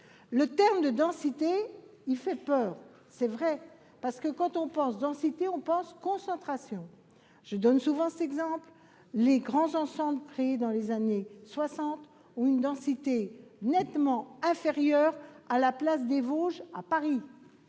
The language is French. Le terme de densité fait peur, c'est vrai, parce que « densité » fait penser à « concentration ». Je donne souvent cet exemple, les grands ensembles créés dans les années soixante ont une densité nettement inférieure à celle de la place des Vosges à Paris.